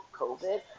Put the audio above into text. COVID